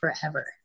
forever